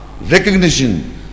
Recognition